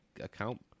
account